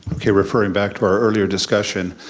okay, referring back to our earlier discussion,